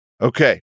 Okay